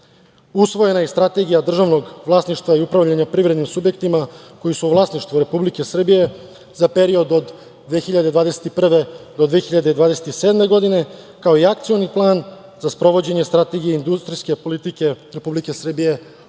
Usvojena je i Strategija državnog vlasništva i upravljanja privrednim subjektima koji su u vlasništvu Republike Srbije za period od 2021. do 2027. godine, kao i Akcioni plan za sprovođenje Strategije industrijske politike Republike Srbije